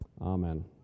Amen